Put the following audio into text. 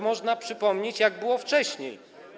Można przypomnieć, jak było wcześniej.